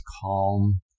calm